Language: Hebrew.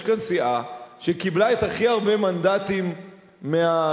יש כאן סיעה שקיבלה הכי הרבה מנדטים מהציבור,